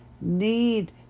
need